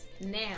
now